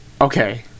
Okay